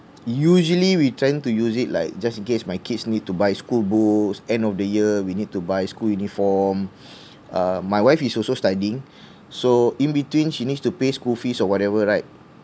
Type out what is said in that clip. usually we are trying to use it like just in case my kids need to buy schoolbooks end of the year we need to buy school uniform uh my wife is also studying so in between she needs to pay school fees or whatever right